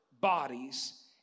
bodies